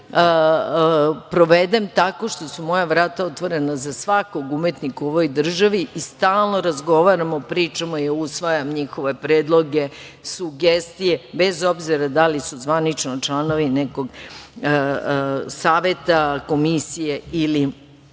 provede tako što su moja vrata otvorena za svakog umetnika u ovoj državi i stalno razgovaramo, pričamo i usvajam njihove predloge, sugestije bez obzira da li su zvanično članovi nekog saveta, komisije ili